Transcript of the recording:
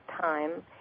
time